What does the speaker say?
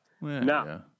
Now